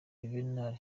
juvenal